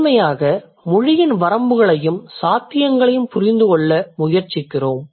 முதன்மையாக மொழியின் வரம்புகளையும் சாத்தியங்களையும் புரிந்து கொள்ள முயற்சிக்கிறோம்